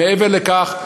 מעבר לכך,